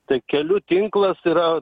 tai kelių tinklas yra